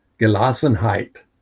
gelassenheit